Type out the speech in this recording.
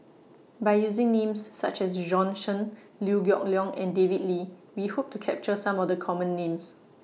By using Names such as Bjorn Shen Liew Geok Leong and David Lee We Hope to capture Some of The Common Names